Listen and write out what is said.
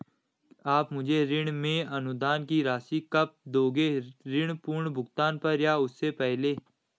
आप मुझे ऋण में अनुदान की राशि कब दोगे ऋण पूर्ण भुगतान पर या उससे पहले?